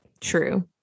true